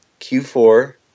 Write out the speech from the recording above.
Q4